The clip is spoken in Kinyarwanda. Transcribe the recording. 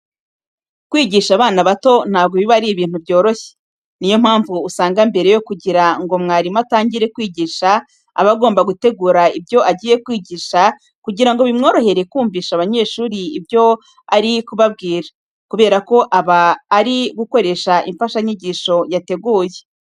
Kwigisha abana bato ntabwo biba ari ibintu byoroshye. Ni yo mpamvu usanga mbere yo kugira ngo umwarimu atangire kwigisha, aba agomba gutegura ibyo agiye kwigisha kugira ngo bimworohere kumvisha abanyeshuri ibyo ari kubabwira, kubera ko aba ari gukoresha imfashanyigisho yateguye.